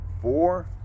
Four